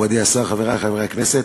מכובדי השר, חברי חברי הכנסת,